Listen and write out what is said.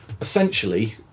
essentially